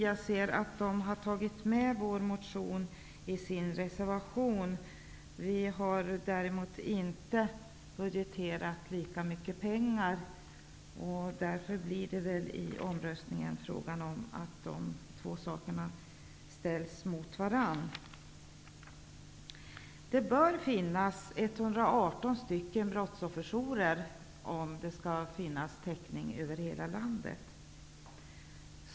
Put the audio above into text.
Jag ser att Ny demokrati har anslutit sig till vår motion i sin reservation. Vi har däremot inte budgeterat lika mycket pengar. Därför blir det väl i omröstningen fråga om att dessa två yrkanden ställs mot varandra. Det bör finnas 118 brottsofferjourer, om det skall finnas täckning över hela landet.